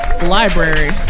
Library